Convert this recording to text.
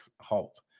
halt